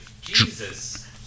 Jesus